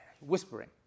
Whispering